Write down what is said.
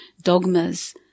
dogmas